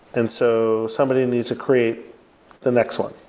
and so somebody needs to create the next one.